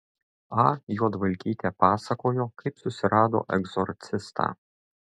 a juodvalkytė pasakojo kaip susirado egzorcistą